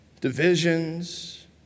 divisions